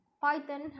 Python